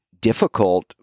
difficult